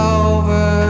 over